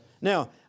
Now